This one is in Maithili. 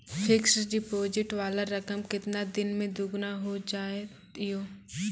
फिक्स्ड डिपोजिट वाला रकम केतना दिन मे दुगूना हो जाएत यो?